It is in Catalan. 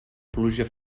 pluja